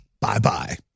Bye-bye